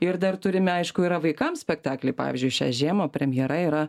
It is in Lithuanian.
ir dar turime aišku yra vaikams spektakliai pavyzdžiui šią žiemą premjera yra